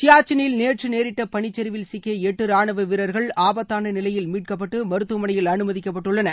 சியாச்சினில் நேற்று நேரிட்ட பனிச்சரிவில் சிக்கிய எட்டு ராணுவ வீரர்கள் ஆபத்தான நிலையில் மீட்சுப்பட்டு மருத்துவமனையில் அனுமதிக்கப்பட்டுள்ளனர்